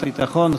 ביטחון,